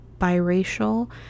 biracial